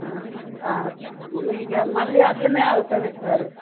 ఇక మళ్ళీ అట్లనే అవుతుంది సారు